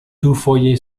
dufoje